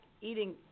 eating